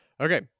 Okay